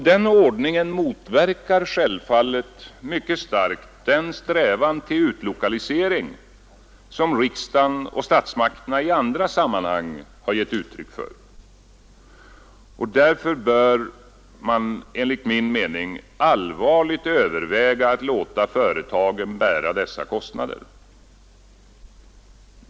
Den ordningen motverkar självfallet mycket starkt den strävan till utlokalisering som riksdagen och statsmakterna i andra sammanhang har gett uttryck för. Därför bör man enligt min mening allvarligt överväga att låta företagen bära dessa kostnader.